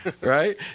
right